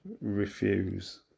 Refuse